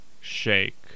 Shake